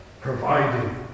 providing